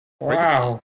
Wow